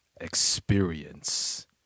Experience